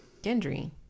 Gendry